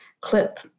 clip